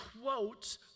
quotes